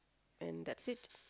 and that's it